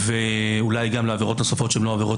ואולי גם לעבירות נוספות שאינן עבירות